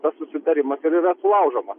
tas susitarimas ir yra sulaužomas